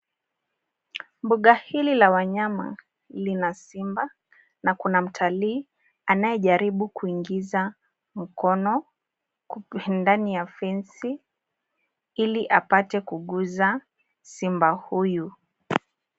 Mbuga hili la wanyama lina simba na kuna mtalii anayejaribu kuingiza mkono ndani ya fensi ili apate kuguza simba huyu.